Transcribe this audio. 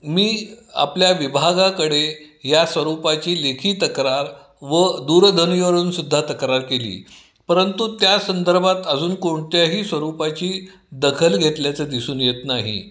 मी आपल्या विभागाकडे या स्वरूपाची लेखी तक्रार व दूरध्वनीवरूनसुद्धा तक्रार केली परंतु त्या संदर्भात अजून कोणत्याही स्वरूपाची दखल घेतल्याचं दिसून येत नाही